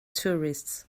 tourists